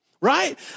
right